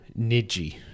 Niji